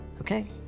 okay